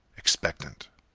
expectant.